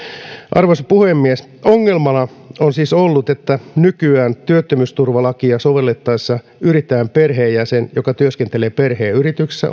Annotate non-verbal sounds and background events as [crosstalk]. arvoisa puhemies ongelmana on siis ollut että nykyään työttömyysturvalakia sovellettaessa yrittäjän perheenjäsen joka työskentelee perheen yrityksessä [unintelligible]